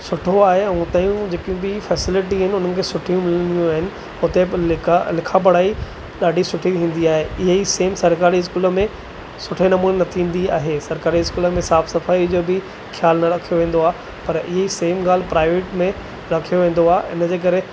सुठो आहे ऐं हुतां जूं जेके बि फैसिलिटी आहिनि उन्हनि खे सुठियूं मिलंदियूं आहिनि उते लिखा पढ़ाई ॾाढी सुठी थींदी आहे ईअं ई सेम सरकारी स्कूल में सुठे नमूने न थींदी आहे सरकारी स्कूल में साफ़ु सफ़ाई जो बि ख़्याल न रखियो वेंदो आहे पर ईअं ई सेम ॻाल्हि प्राइवेट में रखियो वेंदो आहे हिन जे करे